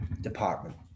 department